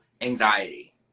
anxiety